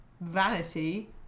vanity